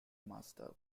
mazda